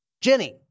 Jenny